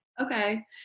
okay